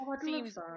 seems